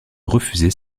refuser